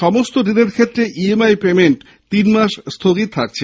সমস্ত ঋণের ক্ষেত্রে ইএমআই পেমেন্ট তিনমাস স্থগিত রাখা হয়েছে